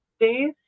days